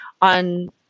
on